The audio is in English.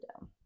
down